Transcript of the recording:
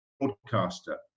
broadcaster